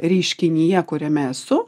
reiškinyje kuriame esu